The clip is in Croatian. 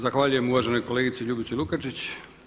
Zahvaljujem uvaženoj kolegici Ljubici Lukačić.